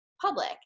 public